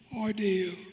ordeal